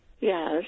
Yes